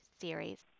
series